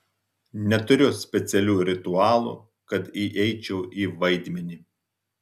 neturiu specialių ritualų kad įeičiau į vaidmenį